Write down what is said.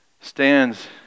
stands